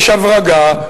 יש הברגה,